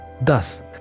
Thus